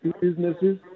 businesses